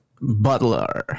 butler